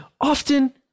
often